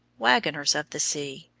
waggoners of the sea,